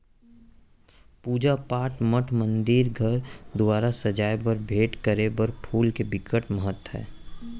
पूजा पाठ, मठ मंदिर, घर दुवार सजाए बर, भेंट करे बर फूल के बिकट महत्ता हे